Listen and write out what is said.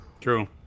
True